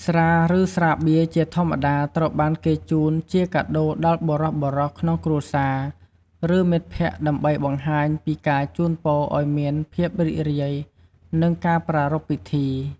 ស្រា ឬស្រាបៀរជាធម្មតាត្រូវបានគេជូនជាកាដូដល់បុរសៗក្នុងគ្រួសារ ឬមិត្តភក្តិដើម្បីបង្ហាញពីការជូនពរឱ្យមានភាពរីករាយនិងការប្រារព្ធពិធី។